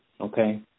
okay